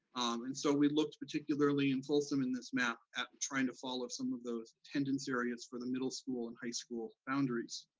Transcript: and so we looked particularly in folsom in this map at trying to follow some of those attendance areas for the middle school and high school boundaries,